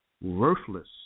worthless